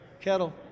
Kettle